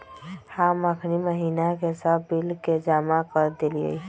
हम अखनी महिना के सभ बिल के जमा कऽ देलियइ ह